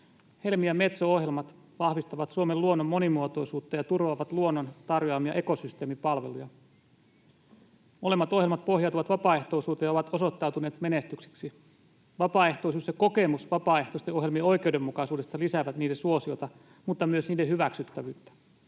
Helmi- ja Metso-ohjelmat vahvistavat Suomen luonnon monimuotoisuutta ja turvaavat luonnon tarjoamia ekosysteemipalveluja. Molemmat ohjelmat pohjautuvat vapaaehtoisuuteen ja ovat osoittautuneet menestyksiksi. Vapaaehtoisuus ja kokemus vapaaehtoisten ohjelmien oikeudenmukaisuudesta lisäävät niiden suosiota mutta myös niiden hyväksyttävyyttä.